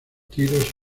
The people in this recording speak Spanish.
tiros